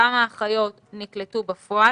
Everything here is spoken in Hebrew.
כמה אחיות נקלטו בפועל.